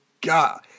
God